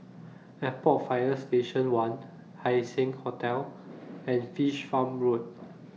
Airport Fire Station one Haising Hotel and Fish Farm Road